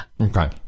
Okay